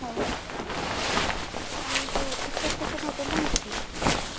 ହଉ ହଉ ଠିକ୍ ଅଛି ଆଉ ଯେଉଁ ଟିକେଟ୍ କେତେ ନେଉଛନ୍ତି ଜାଣିଛୁ କି